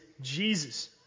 Jesus